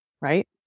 Right